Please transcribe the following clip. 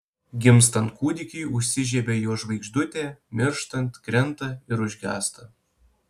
gimstant kūdikiui užsižiebia jo žvaigždutė mirštant krenta ir užgęsta